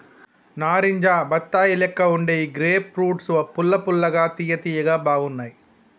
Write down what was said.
నారింజ బత్తాయి లెక్క వుండే ఈ గ్రేప్ ఫ్రూట్స్ పుల్ల పుల్లగా తియ్య తియ్యగా బాగున్నాయ్